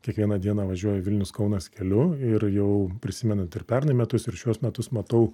kiekvieną dieną važiuoju vilnius kaunas keliu ir jau prisimenant ir pernai metus ir šiuos metus matau